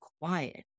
quiet